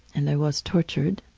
and i was tortured.